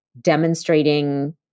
demonstrating